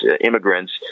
immigrants